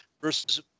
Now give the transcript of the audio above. versus